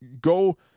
go